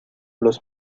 los